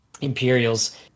Imperials